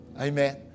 Amen